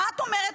מה את אומרת?